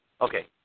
Okay